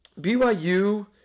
BYU